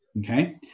Okay